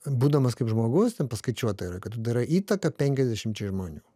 būdamas kaip žmogus ten paskaičiuota yra kad tu darai įtaką penkiasdešimčiai žmonių